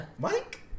Mike